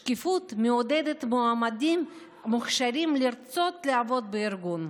שקיפות מעודדת מועמדים מוכשרים לרצות לעבוד בארגון.